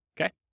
okay